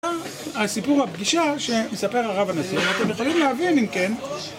הסיפור הפגישה שמספר הרב הנזיר, אם אתם יכולים להבין אם כן,